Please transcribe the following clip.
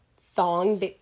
thong